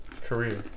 career